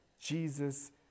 Jesus